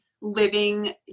living